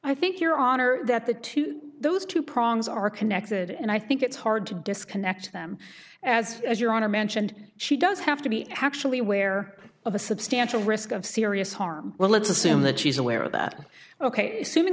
i think your honor that the two those two prongs are connected and i think it's hard to disconnect them as as your honor mentioned she does have to be actually wear of a substantial risk of serious harm well let's assume that she's aware of that ok seeming